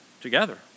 together